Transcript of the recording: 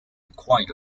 quiet